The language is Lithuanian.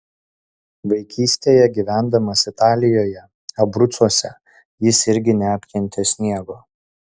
vaikystėje gyvendamas italijoje abrucuose jis irgi neapkentė sniego